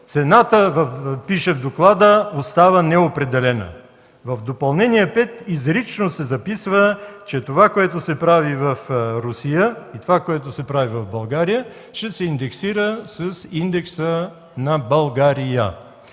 Цената, пише в доклада, остава неопределена. В Допълнение 5 изрично се записва, че това, което се прави в Русия, и това, което се прави в България – ще се индексира с индекса на България,